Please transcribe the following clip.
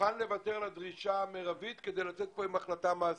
מוכן לוותר על הדרישה המרבית כדי לצאת מפה עם החלטה מעשית.